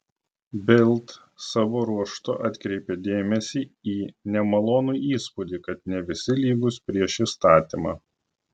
bild savo ruožtu atkreipė dėmesį į nemalonų įspūdį kad ne visi lygūs prieš įstatymą